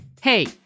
Hey